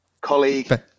colleague